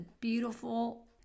beautiful